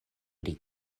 pri